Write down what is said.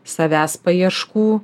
savęs paieškų